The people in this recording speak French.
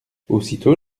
aussitôt